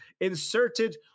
inserted